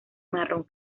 marrón